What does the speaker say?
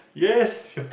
yes